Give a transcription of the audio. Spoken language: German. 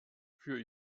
für